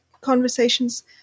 conversations